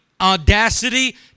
audacity